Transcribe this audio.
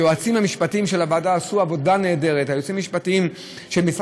היועצים המשפטיים של הוועדה עשו עבודה נהדרת.